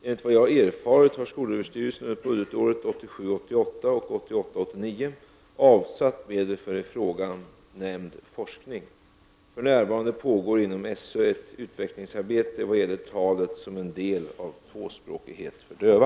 Enligt vad jag erfarit har SÖ under budgetåren 1987 89 avsatt medel för i frågan nämnd forskning. För närvarande pågår inom SÖ ett utvecklingsarbete vad gäller talet som en del av tvåspråkighet för döva.